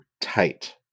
tight